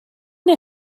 neu